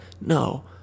No